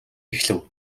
эхлэв